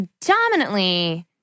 predominantly